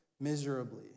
miserably